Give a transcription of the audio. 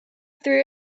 threw